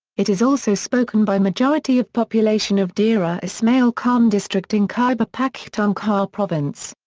it is also spoken by majority of population of dera ismail khan district in khyber pakhtunkhwa province,